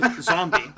Zombie